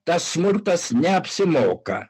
tas smurtas neapsimoka